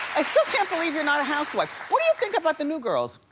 i still can't believe you're not a housewife. what do you think about the new girls?